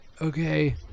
okay